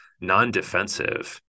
non-defensive